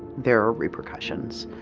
there are repercussions.